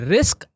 Risk